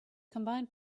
combined